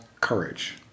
courage